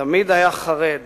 תמיד היה חרד